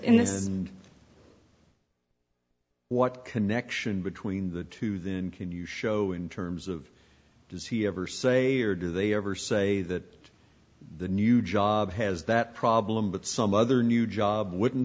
is what connection between the two then can you show in terms of does he ever say or do they ever say that the new job has that problem but some other new job wouldn't